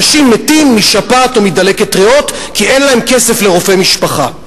אנשים מתים משפעת או מדלקת ריאות כי אין להם כסף לרופא משפחה.